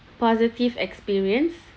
positive experience